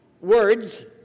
words